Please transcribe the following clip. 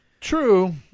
True